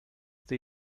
they